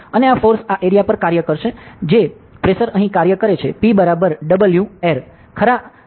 અને આ ફોર્સ આ એરીયા પર કાર્ય કરે છે એ પ્રેશર અહીં કાર્ય કરે છે P Wair ખરા આ વિસ્તાર દ્વારા Wair